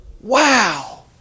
Wow